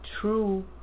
true